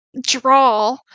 draw